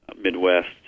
midwest